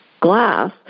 glass